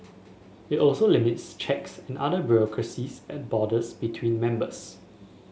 it also limits checks and other bureaucracies at borders between members